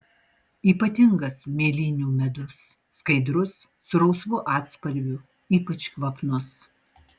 ypatingas mėlynių medus skaidrus su rausvu atspalviu ypač kvapnus